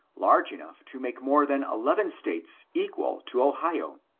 large enough to make more than eleven states equal to ohio.